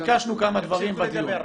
ביקשנו כמה דברים בדיון.